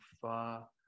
far